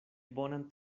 bonan